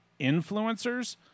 influencers